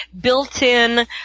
built-in